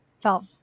felt